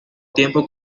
tiempo